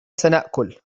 سنأكل